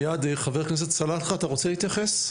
חבר הכנסת פרוש, אתה רוצה להתייחס?